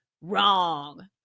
wrong